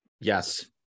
yes